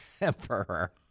emperor